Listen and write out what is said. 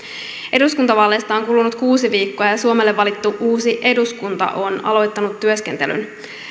eduskuntavaaleista on kulunut kuusi viikkoa ja suomelle valittu uusi eduskunta on aloittanut työskentelyn